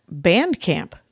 Bandcamp